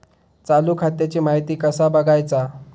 चालू खात्याची माहिती कसा बगायचा?